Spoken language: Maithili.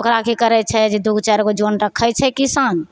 ओकरा की करै छै जे दूगो चारि गो जन रखै छै किसान